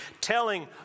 telling